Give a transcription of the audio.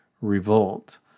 Revolt